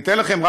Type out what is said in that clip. אני אומר לכם,